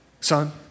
son